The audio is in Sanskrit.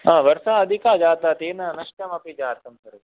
हा वर्षा अधिका जाता तेन नष्टमपि जातं खलु